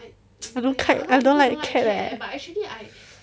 I don't care I don't like cat leh